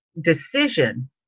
decision